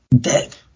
Dead